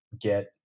get